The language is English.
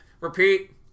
Repeat